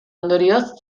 ondorioz